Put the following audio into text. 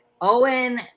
owen